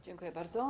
Dziękuję bardzo.